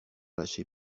lâcher